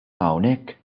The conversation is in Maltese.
hawnhekk